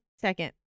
Second